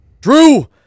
Drew